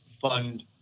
fund